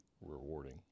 rewarding